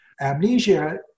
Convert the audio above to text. Amnesia